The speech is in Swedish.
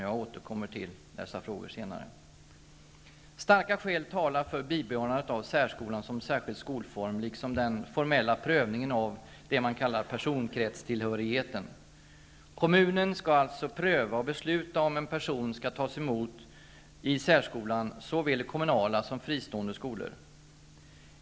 Jag återkommer till dessa frågor senare. Starka skäl talar för bibehållandet av särskolan som särskild skolform, liksom den formella prövningen av det som man kallar personkretstillhörigheten. Kommunen skall alltså pröva och besluta om en person skall tas emot i särskolan, såväl i kommunala som i fristående skolor.